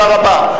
בבקשה רבה.